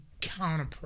counter